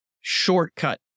shortcut